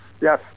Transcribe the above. Yes